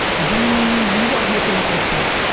do you wanna be a famous entrepreneur?